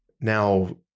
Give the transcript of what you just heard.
now